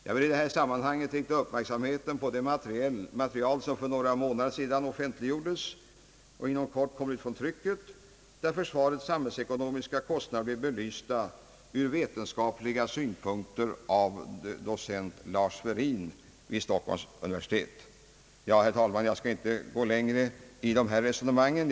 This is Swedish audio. Jag vill i detta sammanhang rikta uppmärksamheten på ett material som för några månader sedan offentliggjordes och som inom kort kommer ut från trycket och där försvarets samhällsekonomiska kostnader blivit belysta ur vetenskapliga synpunkter av docent Lars Werin vid Stockholms universitet. Jag skall inte gå längre in på dessa frågor.